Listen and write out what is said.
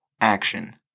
action